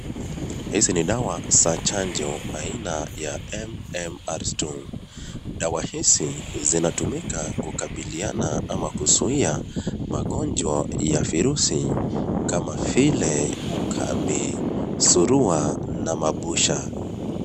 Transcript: Hizi ni dawa za chanjo aina ya MMR2. Dawa hizi zinatumika kukabiliana ama kuzuia magonjwa ya virusi kama vile ukambi, surua na mabusha.